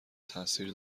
تاثیر